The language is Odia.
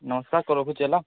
ନମସ୍କାର ତ ରଖୁଛି ହେଲା